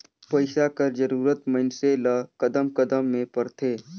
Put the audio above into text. पइसा कर जरूरत मइनसे ल कदम कदम में परथे